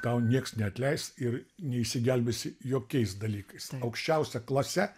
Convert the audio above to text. tau nieks neatleis ir neišsigelbėsi jokiais dalykais aukščiausia klase